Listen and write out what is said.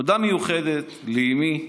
תודה מיוחדת לאימי,